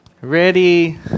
ready